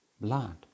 blood